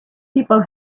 people